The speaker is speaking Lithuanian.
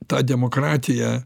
tą demokratiją